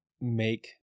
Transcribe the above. make